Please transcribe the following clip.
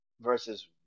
versus